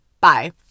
Bye